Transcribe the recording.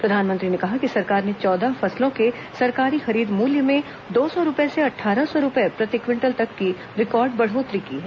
प्रधानमंत्री ने कहा कि सरकार ने चौदह फसलों के सरकारी खरीद मूल्य में दो सौ रुपए से अट्ठारह सौ रुपए प्रति क्विटल तक की रिकॉर्ड बढ़ोत्तरी की है